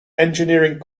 engineering